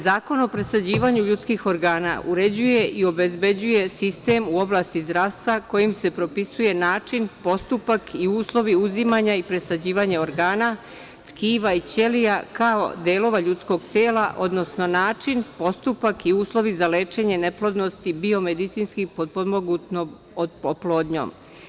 Zakon o presađivanju ljudskih organa uređuje i obezbeđuje sistem u oblasti zdravstva kojim se propisuje način, postupak i uslovi uzimanja i presađivanja organa, tkiva i ćelija kao delova ljudskog tela, odnosno način, postupak i uslovi za lečenje neplodnosti biomedicinski potpomopognutom oplodnjom.